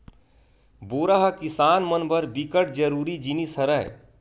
बोरा ह किसान मन बर बिकट जरूरी जिनिस हरय